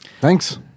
Thanks